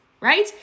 Right